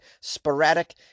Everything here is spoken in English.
sporadic